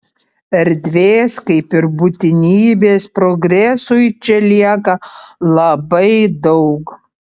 erdvės kaip ir būtinybės progresui čia lieka labai daug